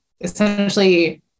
essentially